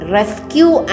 rescue